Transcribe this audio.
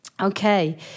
Okay